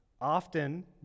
often